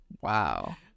Wow